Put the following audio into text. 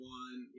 one